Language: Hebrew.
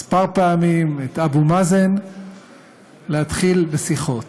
כמה פעמים, את אבו מאזן להתחיל בשיחות.